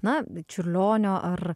na čiurlionio ar